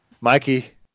mikey